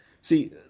See